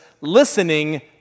listening